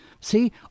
See